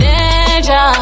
Danger